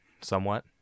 Somewhat